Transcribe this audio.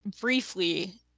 briefly